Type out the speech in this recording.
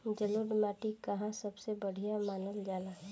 जलोड़ माटी काहे सबसे बढ़िया मानल जाला?